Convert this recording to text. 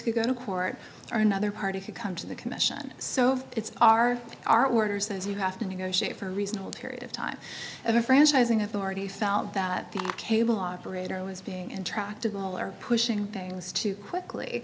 could go to court or another party could come to the commission so it's our our workers and you have to negotiate for a reasonable period of time of a franchising authority felt that the cable operator was being intractable or pushing things too quickly